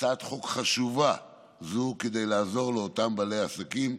הצעת חוק חשובה זו כדי לעזור לאותם בעלי עסקים.